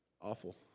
awful